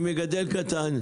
אני מגדל קטן,